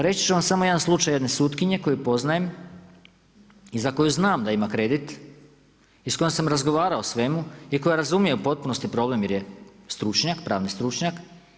Reći ću vam samo jedan slučaj jedne sutkinje koju poznajem i za koju znam da ima kredit i s kojom sam razgovarao o svemu i koja razumije u potpunosti problem jer je stručnjak, pravni stručnjak.